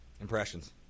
Impressions